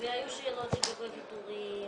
והיו שאלות לגבי ויתורים.